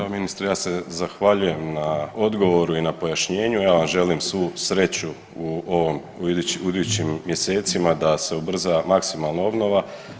Evo ministre ja se zahvaljujem na odgovoru i na pojašnjenju, ja vam želim svu sreću u idućim mjesecima da se ubrza maksimalno obnova.